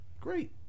Great